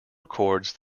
records